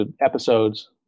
episodes